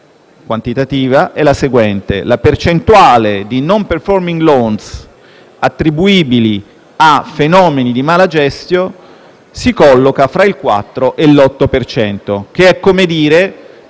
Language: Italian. quantitativa è la seguente: la percentuale di *non performing loan* attribuibili a fenomeni di *mala gestio* si colloca fra il 4 e l'8 per cento.